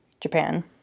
Japan